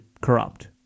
corrupt